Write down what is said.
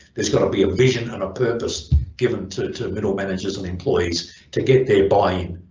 there's got to be a vision and a purpose given to to middle managers and employees to get their buy-in.